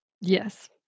Yes